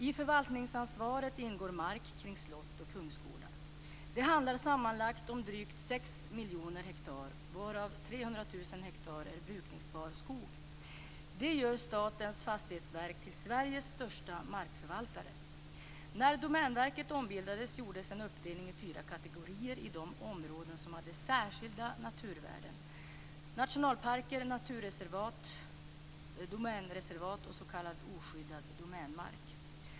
I förvaltningsansvaret ingår mark kring slott och kungsgårdar. Det handlar sammanlagt om drygt 6 miljoner hektar, varav 300 000 hektar är brukningsbar skog. Det gör Statens fastighetsverk till När Domänverket ombildades gjordes en uppdelning i fyra kategorier av de områden som hade särskilda naturvärden: nationalparker, naturreservat, domänreservat och s.k. oskyddad domänmark.